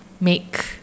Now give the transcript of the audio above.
make